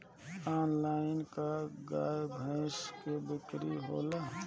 Online का गाय भैंस क बिक्री होला?